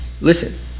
Listen